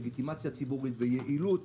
לגיטימציה ציבורית ויעילות.